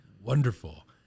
wonderful